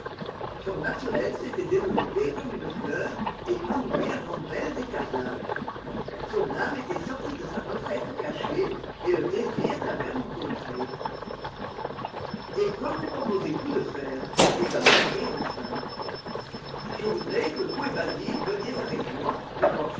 son naturel s'était développé comme une fleur épanoui en ombelles d'écarlate son âme était sortie de sa retraite cachée et le désir l'avait rencontrée et que vous proposez-vous de faire dit lord henry enfin je voudrais que vous et basil veniez avec moi